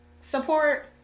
support